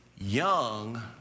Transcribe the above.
young